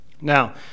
Now